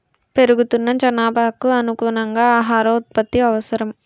పెరుగుతున్న జనాభాకు అనుగుణంగా ఆహార ఉత్పత్తి అవసరం